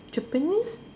Japanese